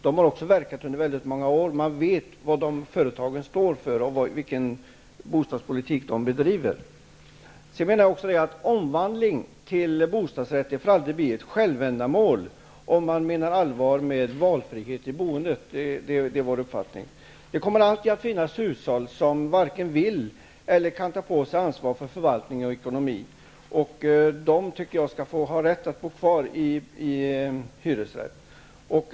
De har också verkat under många år -- man vet vad de företagen står för och vilken bostadspolitik de bedriver. Omvandling till bostadsrätter får aldrig bli ett självändamål om man menar allvar med talet om valfrihet i boendet. Detta är vår uppfattning. Det kommer alltid att finnas hushåll som varken vill eller kan ta på sig ansvar för förvaltning och ekonomi. De skall ha rätt att bo kvar i hyresrätt.